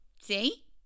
See